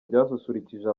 ryasusurukije